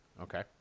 Okay